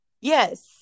yes